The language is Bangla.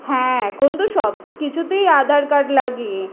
হ্যাঁ এখন তো সব কিছুতেই আধার কার্ড লাগে